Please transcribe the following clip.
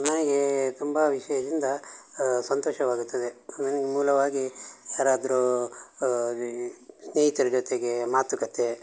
ನನಗೆ ತುಂಬ ವಿಷಯದಿಂದ ಸಂತೋಷವಾಗುತ್ತದೆ ನನ್ಗೆ ಮೂಲವಾಗಿ ಯಾರಾದರೂ ಸ್ನೇಹಿತರ ಜೊತೆಗೆ ಮಾತುಕತೆ